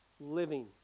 living